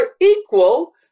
equal